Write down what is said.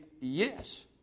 yes